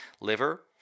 Liver